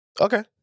okay